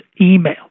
email